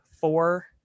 four